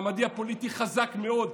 מעמדי הפוליטי חזק מאוד.